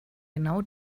genau